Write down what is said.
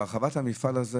והרחבת המפעל הזה